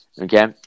Okay